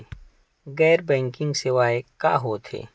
गैर बैंकिंग सेवाएं का होथे?